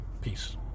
Peace